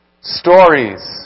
stories